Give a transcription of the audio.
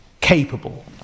capable